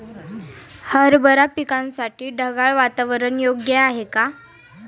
हरभरा पिकासाठी ढगाळ वातावरण योग्य आहे का?